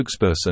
spokesperson